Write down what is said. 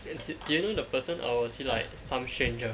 do do I know the person or is he like some stranger